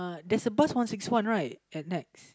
there's a bus one six one right at Nex